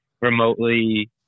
remotely